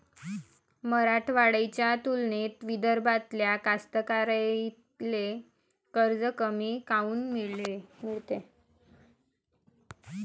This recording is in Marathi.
मराठवाड्याच्या तुलनेत विदर्भातल्या कास्तकाराइले कर्ज कमी काऊन मिळते?